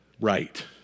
right